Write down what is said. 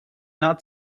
not